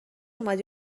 اومدی